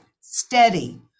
steady